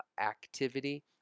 activity